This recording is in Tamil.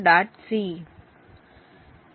c